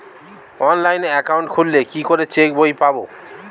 Online account খুললে কি করে চেক বই পাব?